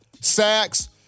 sacks